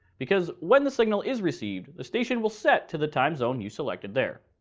because when the signal is received, the station will set to the time zone you selected there.